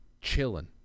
chilling